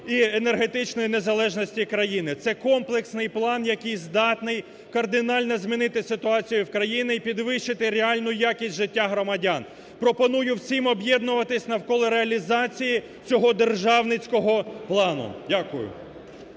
і енергетичної незалежності країни. Це комплексний план, який здатний кардинально змінити ситуацію у країні і підвищити реальну якість життя громадян. Пропоную всім об'єднуватися навколо реалізації цього державницького плану. Дякую.